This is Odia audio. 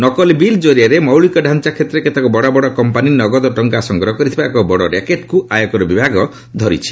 ନକଲି ବିଲ୍ ଜରିଆରେ ମୌଳିକ ଡାଞ୍ଚା କ୍ଷେତ୍ରରେ କେତେକ ବଡ଼ ବଡ଼ କମ୍ପାନୀ ନଗଦ ଟଙ୍କା ସଂଗ୍ରହ କରିଥିବା ଏକ ବଡ଼ ର୍ୟାକେଟ୍କୁ ଆୟକର ବିଭାଗ ଧରିଛି